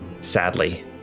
sadly